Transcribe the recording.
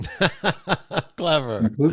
Clever